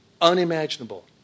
unimaginable